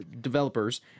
developers